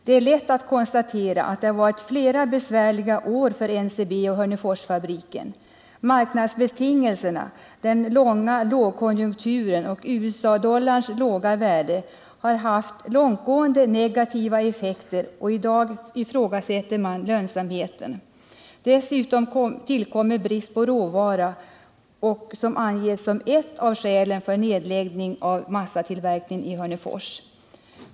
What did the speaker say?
Det är lätt att konstatera att NCB och Hörneforsfabriken har haft flera besvärliga år. Marknadsbetingelserna, den långa lågkonjunkturen och USA dollarns låga värde har haft långtgående negativa effekter, och i dag ifrågasätter man lönsamheten. Därtill kommer bristen på råvara, vilket anges som ett av skälen för en nedläggning av massatillverkningen i Hörnefors.